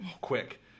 quick